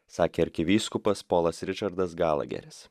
sakė arkivyskupas polas ričardas galaheris